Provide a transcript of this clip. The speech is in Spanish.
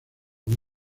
una